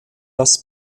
das